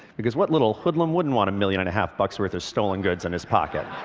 because what little hoodlum wouldn't want a million and a half bucks-worth of stolen goods in his pocket.